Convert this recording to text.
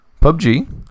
PUBG